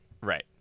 Right